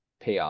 PR